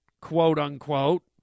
quote-unquote